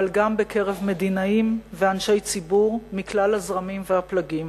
אבל גם בקרב מדינאים ואנשי ציבור מכלל הזרמים והפלגים.